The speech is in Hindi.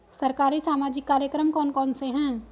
सरकारी सामाजिक कार्यक्रम कौन कौन से हैं?